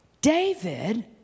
David